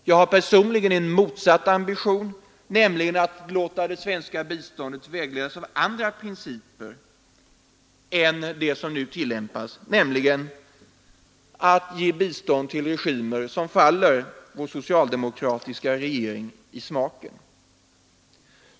Jag har personligen en motsatt ambition; jag vill låta det svenska biståndet vägledas av andra principer än dem som nu tillämpas då man ger bistånd till regimer som faller vår socialdemokratiska regering i smaken.